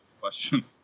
question